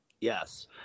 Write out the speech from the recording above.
Yes